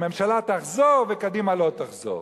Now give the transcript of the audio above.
הממשלה תחזור וקדימה לא תחזור.